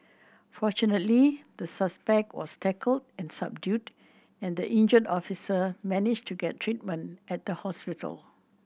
fortunately the suspect was tackled and subdued and the injured officer managed to get treatment at the hospital